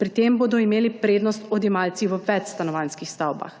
pri tem bodo imeli prednost odjemalci v večstanovanjskih stavbah.